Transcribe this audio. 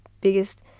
biggest